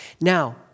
Now